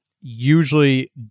Usually